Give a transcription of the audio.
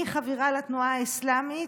מחבירה לתנועה האסלאמית,